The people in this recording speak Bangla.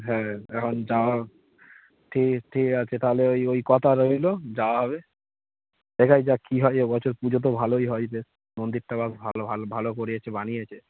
হ্যাঁ এখন যাওয়া ঠিক ঠিক আছে তাহলে ওই ওই কথা রইলো যাওয়া হবে দেখাই যাক কী হয় এ বছর পুজো তো ভালোই হয় যে মন্দিরটা ভালো ভালো করেছে বানিয়েছে